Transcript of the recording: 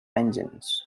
engines